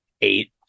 eight